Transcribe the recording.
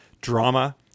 drama